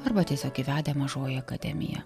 arba tiesiog įvedę mažoji akademija